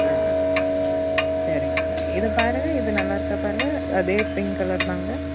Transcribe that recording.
ஆ சரிங்க சரி இதை பாருங்க இது நல்லா இருக்கா பாருங்க அதே பிங்க் கலர் தாங்க